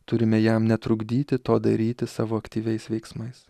turime jam netrukdyti to daryti savo aktyviais veiksmais